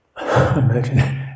imagine